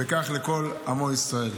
וכך לכל עמו ישראל.